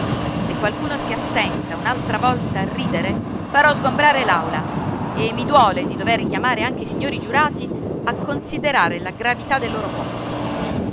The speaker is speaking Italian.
se qualcuno si attenta un'altra volta a ridere farò sgombrare l'aula e mi duole di dover richiamare anche i signori giurati a considerare la gravità del loro compito